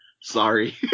sorry